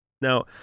Now